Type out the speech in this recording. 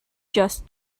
just